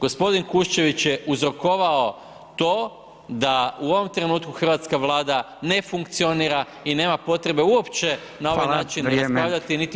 G. Kuščević je uzrokovao to da u ovom trenutku hrvatska Vlada ne funkcionira i nema potrebe uopće na ovaj način raspravljati [[Upadica: Hvala, vrijeme.]] niti o